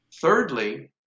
Thirdly